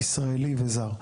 ישראלי וזר.